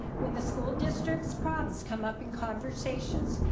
when the school districts problems come up in conversations,